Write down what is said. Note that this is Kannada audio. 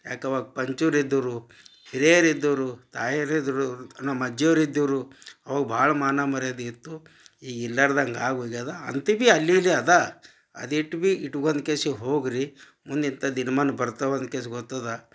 ಯಾಕೆ ಅವಾಗ ಪಂಚುರು ಇದ್ದರು ಹಿರಿಯರು ಇದ್ದರು ತಾಯರು ಇದ್ದರು ನಮ್ಮ ಅಜ್ಜಿಯವ್ರು ಇದ್ದರು ಅವಾಗ ಭಾಳ ಮಾನ ಮರ್ಯಾದೆ ಇತ್ತು ಈಗ ಇಲ್ಲಾರ್ದಂಗ ಆಗಿ ಹೋಗ್ಯದ ಅಂತಿ ಭಿ ಅಲ್ಲಿ ಇಲ್ಲಿ ಅದ ಅದು ಇಟ್ಟು ಭಿ ಇಟ್ಕೊಂಡ್ ಕೇಶಿ ಹೋಗಿ ರೀ ಮುಂದೆ ಇಂಥದ್ದು ದಿನ್ಮಾನ ಬರ್ತವೆ ಅನ್ಕೇಸ್ ಗೊತ್ತದೆ